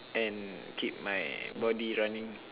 and keep my body running